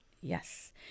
Yes